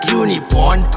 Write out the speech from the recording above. unicorn